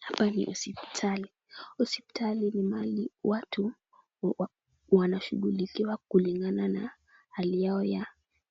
Hapa ni hospitali, hospitali ni mahali watu wanashughulikiwa kulingana na hali yao